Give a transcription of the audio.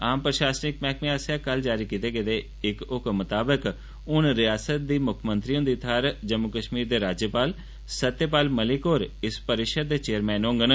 आम प्रशासनिक मैहकमे आस्सेया कल जारी कीते गेदे इक हक्म मताबक हूंन रियासत दी मुक्खमंत्री हुन्दी थाहर जम्मू कश्मीर दे राज्य ाल सत्य ाल मलिक होर इस रिषद दे चेयरमैन होगंन